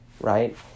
right